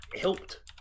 helped